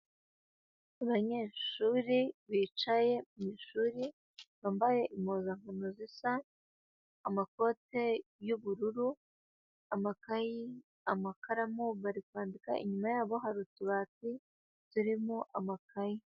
Abanyeshuri bicaye mu ishuri, bambaye impuzankano zisa, amakote y'ubururu, amakayi, amakaramu bari kwandika; inyuma yabo hari utubati turimo amakayi.